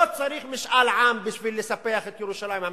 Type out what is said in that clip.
לא צריך משאל עם כדי לספח את ירושלים המזרחית,